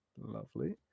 Lovely